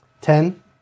Ten